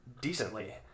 decently